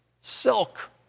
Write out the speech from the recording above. silk